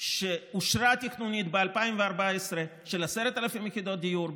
שאושרה תכנונית ב-2014 של 10,000 יחידות דיור,